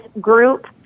group